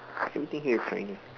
everything here is Chinese